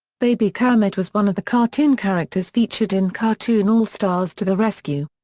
baby kermit was one of the cartoon characters featured in cartoon all-stars to the rescue.